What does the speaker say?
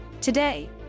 Today